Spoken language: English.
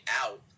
out